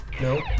No